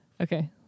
Okay